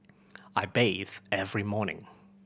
I bathe every morning